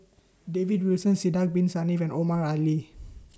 David Wilson Sidek Bin Saniff and Omar Ali